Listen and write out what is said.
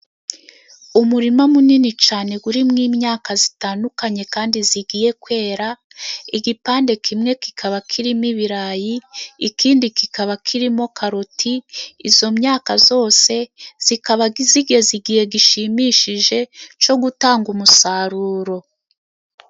Umurima munini cyane urimo imyaka itandukanye kandi igiye kwera, igipande kimwe kikaba kirimo ibirayi, ikindi kikaba kirimo karoti. Izo myaka yose ikaba igeze igihe gishimishije cyo gutanga umusaruro.